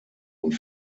und